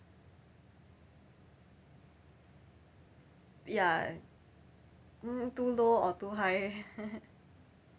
ya mm too low or too high